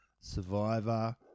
Survivor